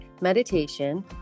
meditation